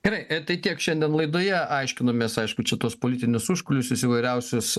gerai tai tiek šiandien laidoje aiškinomės aišku čia tuos politinius užkulisius įvairiausius